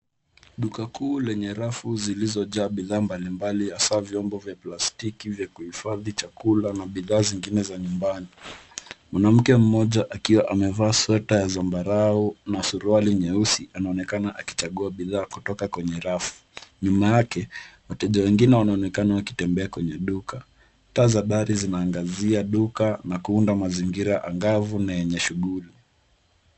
Duka kuu lenye rafu zilizojaa bidhaa mbalimbali hasa vyombo vya plastiki vya kuhifadhi chakula na bidhaa zingine za nyumbani. Mwanamke mmoja akiwa amevaa sweta ya zambarau na suruali nyeusi anaonekana akichagua bidhaa kutoka kwenye rafu. Nyuma yake wateja wengine wanaonekana wakitembea kwenye duka. Taa za dari zinaangazia duka na kuunda mazingira angavu na yenye shughuli.